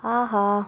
ஆஹா